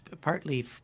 partly